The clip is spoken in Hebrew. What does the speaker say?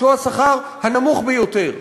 שהוא השכר הנמוך ביותר,